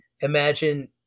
imagine